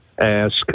ask